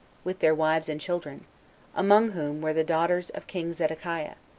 with their wives and children among whom were the daughters of king zedekiah,